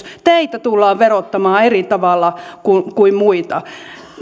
teitä tullaan verottamaan eri tavalla kuin kuin muita